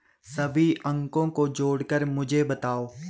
सभी अंकों को जोड़कर मुझे बताओ